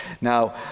Now